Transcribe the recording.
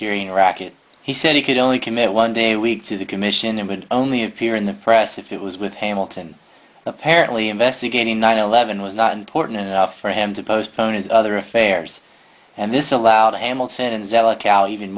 ering racket he said he could only commit one day a week to the commission and would only appear in the press if it was with hamilton apparently investigating nine eleven was not important enough for him to postpone his other affairs and this allowed